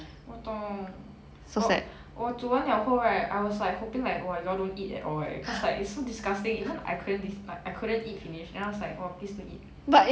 我懂我煮完了后 right I was like hoping like !wah! you all don't eat at all leh cause like it's so disgusting even I couldn't be~ I couldn't eat finish and I was like !wah! please don't eat